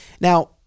now